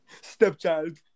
Stepchild